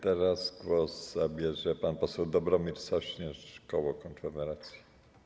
Teraz głos zabierze pan poseł Dobromir Sośnierz, koło Konfederacja.